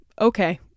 okay